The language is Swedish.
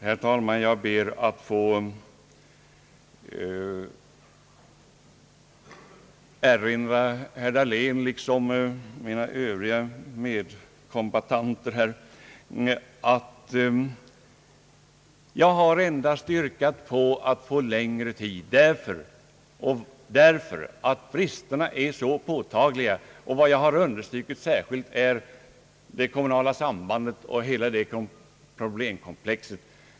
Herr talman! Jag ber att få erinra herr Dahlén, liksom mina övriga kombattanter, om att jag yrkat på längre tid för förberedelsearbete endast därför att bristerna i förslaget är så påtagliga. Jag har särskilt understrukit det kommunala sambandet och hela det problemkomplexet.